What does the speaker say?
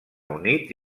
unit